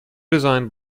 designed